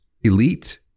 elite